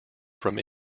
from